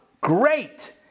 great